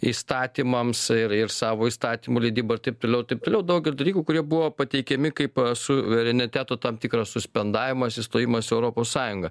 įstatymams ir ir savo įstatymų leidybą ir taip toliau ir taip toliau daugelį dalykų kurie buvo pateikiami kaip suvereniteto tam tikras suspendavimas įstojimas į europos sąjungą